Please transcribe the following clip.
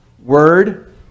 word